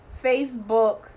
Facebook